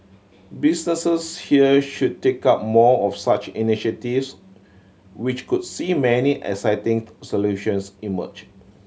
businesses here should take up more of such initiatives which could see many exciting solutions emerge